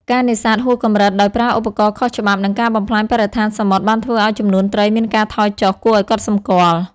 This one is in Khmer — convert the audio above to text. ការនេសាទហួសកម្រិតដោយប្រើឧបករណ៍ខុសច្បាប់ និងការបំផ្លាញបរិស្ថានសមុទ្របានធ្វើឱ្យចំនួនត្រីមានការថយចុះគួរឱ្យកត់សម្គាល់។